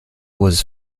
was